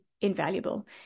invaluable